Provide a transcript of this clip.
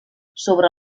sobre